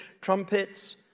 trumpets